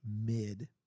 mid